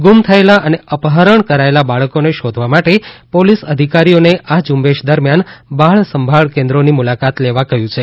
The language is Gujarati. ગુમ થયેલા અને અપહરણ કરાયેલા બાળકોને શોધવા માટે પોલીસ અધિકારીઓને આ ઝ઼્રંબેશ દરમિયાન બાળસંભાળ કેન્દ્રોની મુલાકાત લેવા કહયું છે